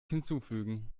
hinzufügen